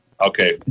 Okay